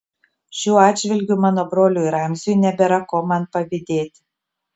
šiuo atžvilgiu mano broliui ramziui nebėra ko man pavydėti